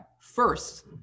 First